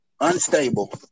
unstable